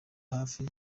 hafi